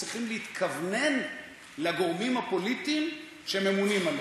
צריכים להתכוונן לגורמים הפוליטיים שממונים עליהם.